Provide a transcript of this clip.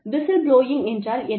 whistle blowing என்றால் என்ன